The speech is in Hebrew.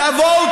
תבואו,